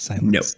No